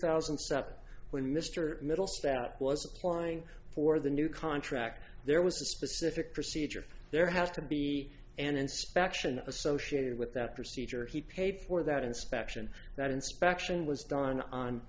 seven when mr middle stack was applying for the new contract there was a specific procedure there has to be an inspection associated with that procedure he paid for that inspection that inspection was done on